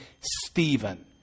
Stephen